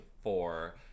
four